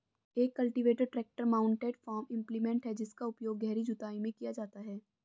एक cultivator tractor mounted farm implement है जिसका उपयोग गहरी जुताई में किया जाता है